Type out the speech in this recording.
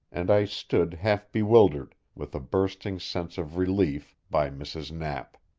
and i stood half-bewildered, with a bursting sense of relief, by mrs. knapp.